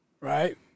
right